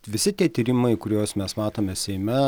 visi tie tyrimai kuriuos mes matome seime